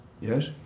Yes